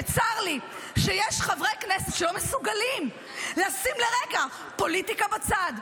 וצר לי שיש חברי כנסת שלא מסוגלים לשים לרגע פוליטיקה בצד,